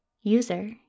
User